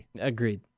Agreed